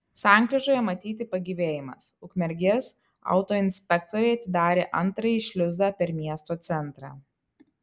sankryžoje matyti pagyvėjimas ukmergės autoinspektoriai atidarė antrąjį šliuzą per miesto centrą